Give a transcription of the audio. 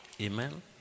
Amen